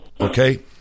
okay